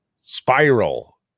Spiral